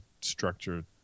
structured